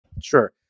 Sure